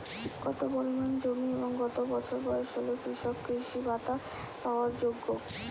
কত পরিমাণ জমি এবং কত বছর বয়স হলে কৃষক কৃষি ভাতা পাওয়ার যোগ্য?